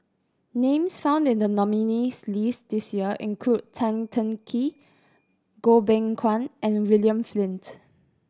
names found in the nominees' list this year include Tan Teng Kee Goh Beng Kwan and William Flint